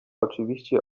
oczywiście